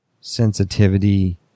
sensitivity